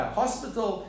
hospital